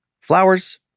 Flowers